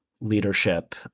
leadership